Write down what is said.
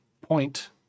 point